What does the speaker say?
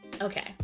Okay